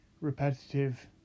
repetitive